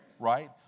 right